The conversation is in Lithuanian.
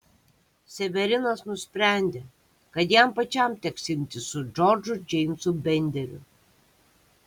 severinas nusprendė kad jam pačiam teks imtis su džordžu džeimsu benderiu